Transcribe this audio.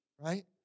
Right